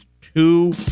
two